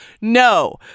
no